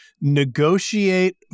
negotiate